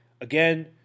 Again